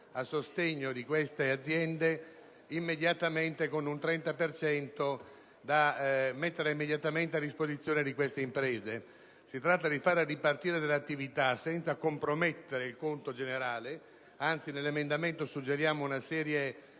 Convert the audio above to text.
a sostegno delle loro aziende, con un 30 per cento da mettere immediatamente a disposizione di queste imprese. Si tratta di far ripartire alcune attività senza compromettere il conto generale, anzi, nell'emendamento suggeriamo una serie di